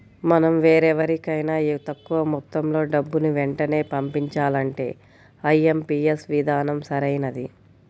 మనం వేరెవరికైనా తక్కువ మొత్తంలో డబ్బుని వెంటనే పంపించాలంటే ఐ.ఎం.పీ.యస్ విధానం సరైనది